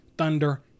Thunder